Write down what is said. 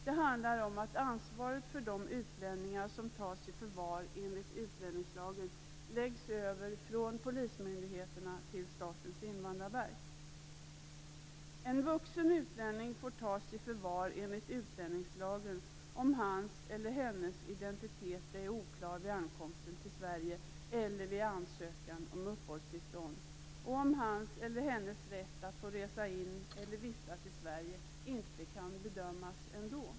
Det handlar om att ansvaret för de utlänningar som tas i förvar enligt utlänningslagen läggs över från polismyndigheterna till Statens invandrarverk. En vuxen utlänning får tas i förvar enligt utlänningslagen om hans eller hennes identitet är oklar vid ankomsten till Sverige eller vid ansökan om uppehållstillstånd och om hans eller hennes rätt att få resa in eller vistas i Sverige inte kan bedömas ändå.